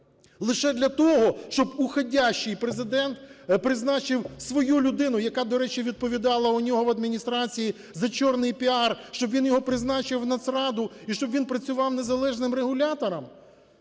лише для того, щоб уходящий Президент призначив свою людину, яка, до речі, відповідала у нього в Адміністрації за чорний піар, щоб він його призначив в Нацраду і щоб він працював незалежним регулятором?